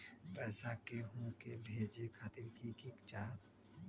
पैसा के हु के भेजे खातीर की की चाहत?